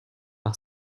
par